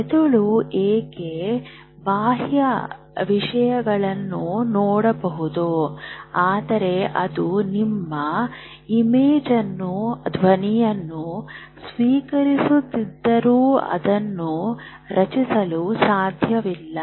ಮೆದುಳು ಏಕೆ ಬಾಹ್ಯ ವಿಷಯಗಳನ್ನು ನೋಡಬಹುದು ಆದರೆ ಅದು ನಿಮ್ಮ ಇಮೇಜ್ ಅನ್ನು ಧ್ವನಿಯನ್ನು ಸ್ವೀಕರಿಸುತ್ತಿದ್ದರೂ ಅದನ್ನು ರಚಿಸಲು ಸಾಧ್ಯವಿಲ್ಲ